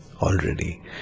already